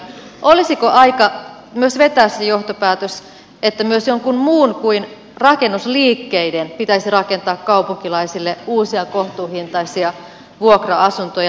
olisiko aika vetää se johtopäätös että myös jonkun muun kuin rakennusliikkeiden pitäisi rakentaa kaupunkilaisille uusia kohtuuhintaisia vuokra asuntoja